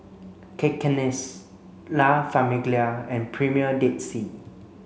Cakenis La Famiglia and Premier Dead Sea